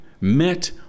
met